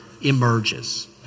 emerges